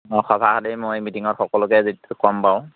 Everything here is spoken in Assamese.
সভা হ'লেই মিটিংতে সকলোকে কম বাৰু